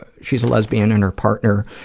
ah she's a lesbian and her partner